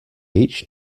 each